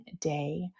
day